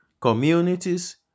communities